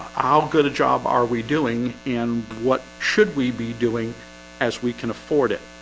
how good a job are we doing? and what? should we be doing as we can afford it?